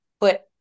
put